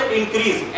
increase